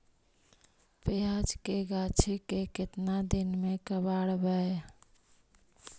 प्याज के गाछि के केतना दिन में कबाड़बै?